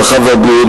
הרווחה והבריאות,